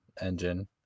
engine